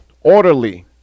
orderly